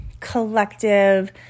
collective